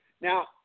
Now